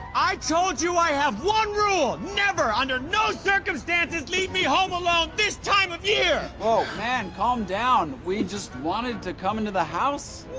i told you i have one rule. never, under no circumstances, leave me home alone this time of year. oh man calm down. we just wanted to come into the house.